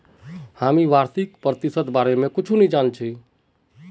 हामी वार्षिक प्रतिशत दरेर बार कुछु नी जान छि